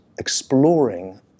exploring